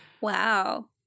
Wow